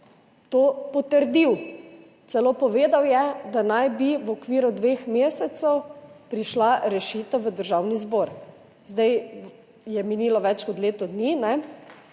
potrdil, povedal je celo, da naj bi v okviru dveh mesecev prišla rešitev v Državni zbor. Zdaj je minilo več kot leto dni,